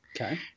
Okay